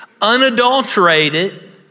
unadulterated